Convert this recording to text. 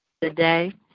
today